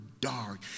dark